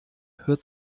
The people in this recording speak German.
hört